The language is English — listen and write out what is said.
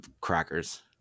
crackers